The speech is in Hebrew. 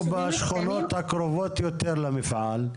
או בשכונות הקרובות יותר למפעל,